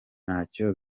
ntacyo